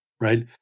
right